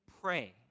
pray